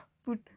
food